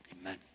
Amen